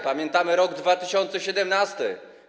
Pamiętamy rok 2017.